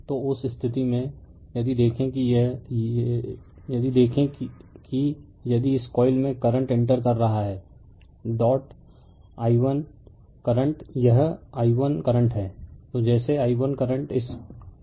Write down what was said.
refer slide time 0107 तो उस स्थिति में यदि देखें कि यदि इस कॉइल में करंट इंटर कर रहा है डॉट i1 करंट यह i1 करंट है तो जैसे i1 करंट इस तरह मूव कर रहा है